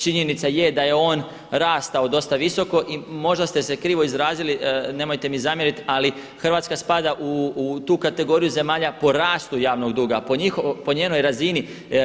Činjenica je da je on rastao dosta visoko i možda ste se krivo izrazili, nemojte mi zamjeriti ali hrvatska spada u tu kategoriju zemalja po rastu javnog doga, po njenoj razini.